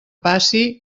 passi